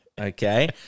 okay